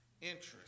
interest